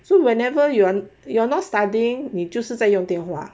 so whenever you're you're not studying 你就是在用电话